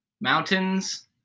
mountains